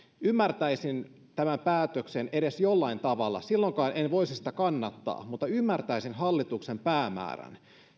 ymmärtäisin tämän päätöksen edes jollain tavalla silloinkaan en voisi sitä kannattaa mutta ymmärtäisin hallituksen päämäärän